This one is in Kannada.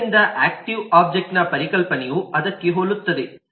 ಆದ್ದರಿಂದ ಆಕ್ಟಿವ್ ಒಬ್ಜೆಕ್ಟ್ನ ಪರಿಕಲ್ಪನೆಯು ಅದಕ್ಕೆ ಹೋಲುತ್ತದೆ